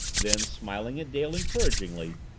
then, smiling at dale encouragingly,